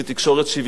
השבוע הופתעתי,